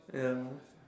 ya